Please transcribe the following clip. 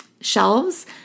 shelves